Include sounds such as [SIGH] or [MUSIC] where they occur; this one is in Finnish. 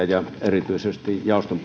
[UNINTELLIGIBLE] ja erityisesti jaoston [UNINTELLIGIBLE]